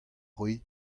cʼhwi